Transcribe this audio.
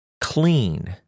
clean